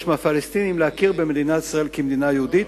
מהפלסטינים להכיר במדינת ישראל כמדינה יהודית.